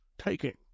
taking